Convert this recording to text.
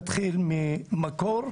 להתחיל מהמקור.